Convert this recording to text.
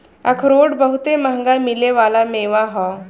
अखरोट बहुते मंहगा मिले वाला मेवा ह